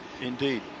Indeed